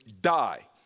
die